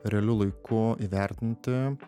realiu laiku įvertinti